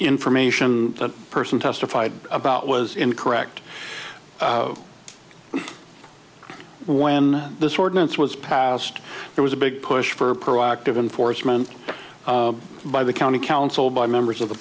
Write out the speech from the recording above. information that person testified about was incorrect when this ordinance was passed there was a big push for proactive and foresman by the county council by members of the